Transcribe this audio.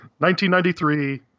1993